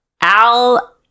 Al